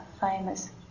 famous